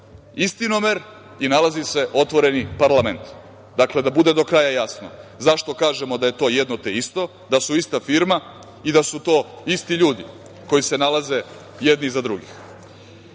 „Istinomer“ i nalazi se „Otvoreni parlament“, dakle, da bude do kraja jasno zašto kažemo da je to jedno te isto, da su ista firma i da su to isti ljudi koji se nalaze jedni iza drugih.I